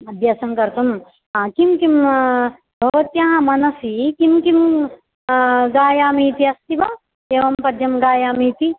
अभ्यासं कर्तुम् किं किं भवत्याः मनसि किं किम् गायामि इति अस्ति वा एवं पद्यं गायामि इति